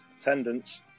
attendance